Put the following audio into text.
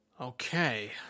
Okay